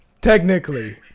Technically